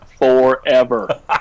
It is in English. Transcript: Forever